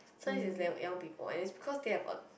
sometimes it's young young people and it's because they have a